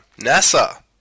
NASA